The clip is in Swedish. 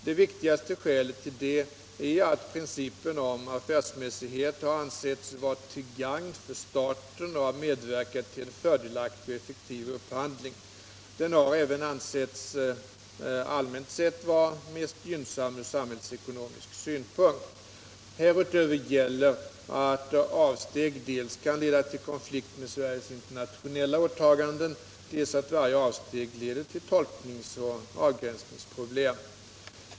Det viktigaste skälet härtill är att principen om affärsmässighet har ansetts vara till gagn för staten och har medverkat till en fördelaktig och effektiv upphandling. Den har även ansetts allmänt sett vara mest gynnsam ur samhällsekonomisk synpunkt. Härutöver gäller dels att avsteg kan leda till konflikt med Sveriges internationella åtaganden, dels att varje avsteg leder till tolkningsoch avgränsningsproblem.